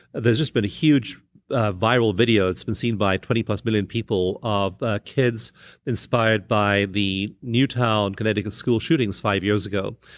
there's just been huge ah viral video that's been seen my twenty plus million people of kids inspired by the newtown connecticut school shootings five years ago,